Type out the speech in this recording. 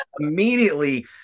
Immediately